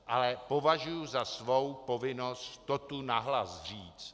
Ale považuji za svou povinnost to tu nahlas říct.